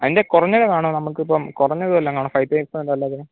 അതിന്റെ കുറഞ്ഞത് കാണുമോ നമുക്ക് ഇപ്പം കുറഞ്ഞത് വല്ലതും കാണുമോ ഫൈവ് തൗസന്റ് അല്ലാതെ